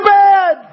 bad